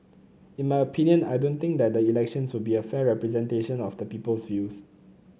in my opinion I don't think that the elections will be a fair representation of the people's views